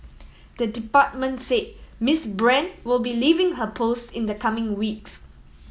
the department said Miss Brand will be leaving her post in the coming weeks